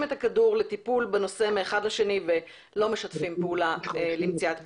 את הכדור לטיפול בנושא מאחד לשני ולא משתפים פעולה למציאת פתרונות.